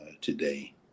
today